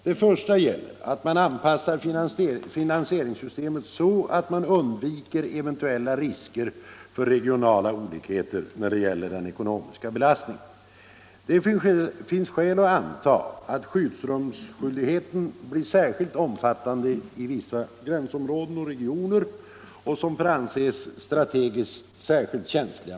Det första innebär att man anpassar finansieringssystemet så att man undviker eventuella risker för regionala olikheter när det gäller den ekonomiska belastningen. Det finns skäl att anta att skyddsrumsskyldigheten blir speciellt omfattande i vissa gränsområden och regioner, som får anses strategiskt särskilt känsliga.